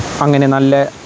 അങ്ങനെ നല്ല